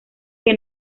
que